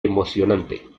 emocionante